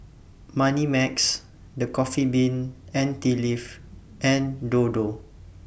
Moneymax The Coffee Bean and Tea Leaf and Dodo